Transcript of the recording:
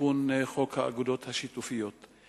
תיקון חוק האגודות השיתופיות.